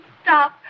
stop